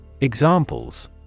Examples